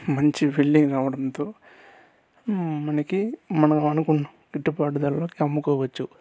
మంచి యీల్డింగ్ అవ్వడంతో మనకి మనం అనుకున్న గిట్టుబాటు ధరలకు అమ్ముకోవచ్చు